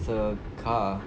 it's a car